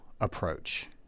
approach